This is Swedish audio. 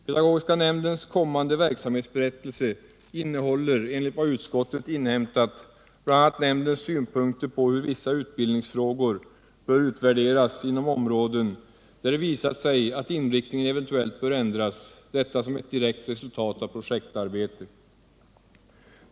Pedagogiska nämndens kommande verksamhetsberättelse innehåller enligt vad utskottet inhämtat bl.a. nämndens synpunkter på hur vissa utbildningsfrågor bör utvärderas inom områden där det visat sig att inriktningen eventuellt bör ändras — detta som ett direkt resultat av projektarbete.